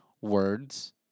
words